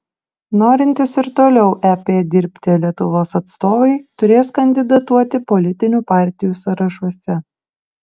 norintys ir toliau ep dirbti lietuvos atstovai turės kandidatuoti politinių partijų sąrašuose